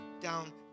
down